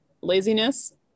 laziness